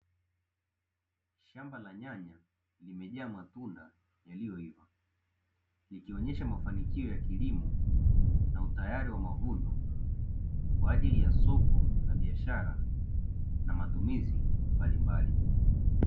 Shamba la nyanya limejaa matunda yaliyo iva, likionesha mafanikio ya kilimo na utayari wa mavuno kwa ajili ya soko la biashara na matumizi mbalimbali.